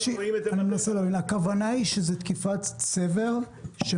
הכוונה לתקיפת סב"ר,